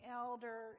elder